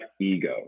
ego